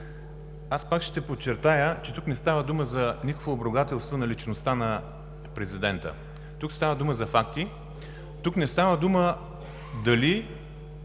Пак ще подчертая, че тук не става дума за никакво обругателство на личността на президента. Тук става дума за факти. Тук не става толкова